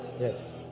Yes